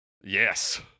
Yes